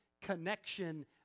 connection